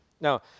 Now